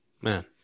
Man